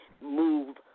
Move